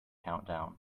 countdown